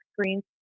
screens